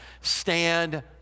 Stand